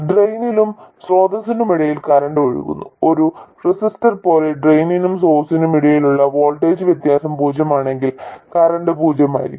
ഡ്രെയിനിനും സ്രോതസ്സിനുമിടയിൽ കറന്റ് ഒഴുകുന്നു ഒരു റെസിസ്റ്റർ പോലെ ഡ്രെയിനിനും സോഴ്സിനും ഇടയിലുള്ള വോൾട്ടേജ് വ്യത്യാസം പൂജ്യമാണെങ്കിൽ കറന്റ് പൂജ്യമായിരിക്കും